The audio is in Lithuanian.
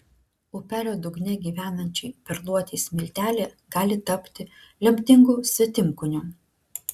upelio dugne gyvenančiai perluotei smiltelė gali tapti lemtingu svetimkūniu